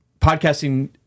podcasting